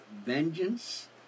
vengeance